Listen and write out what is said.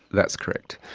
that's correct.